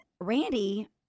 Randy